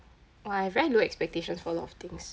oh I have very low expectations for a lot of things